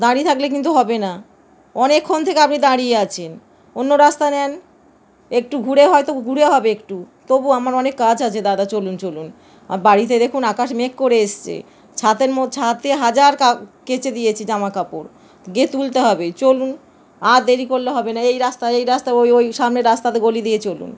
দাঁড়িয়ে থাকলে কিন্তু হবে না অনেকক্ষণ থেকে আপনি দাঁড়িয়ে আছেন অন্য রাস্তা নেন একটু ঘুরে হয়তো ঘুরে হবে একটু তবু আমার অনেক কাজ আছে দাদা চলুন চলুন বাড়িতে দেখুন আকাশ মেঘ করে এসছে ছাতের মো ছাতে হাজার কা কেচে দিয়েছি জামা কাপড় গিয়ে তুলতে হবে চলুন আর দেরি করলে হবে না এই রাস্তা এই রাস্তা ওই ওই সামনের রাস্তার গলি দিয়ে চলুন